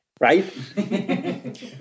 Right